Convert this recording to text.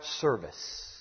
service